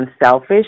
unselfish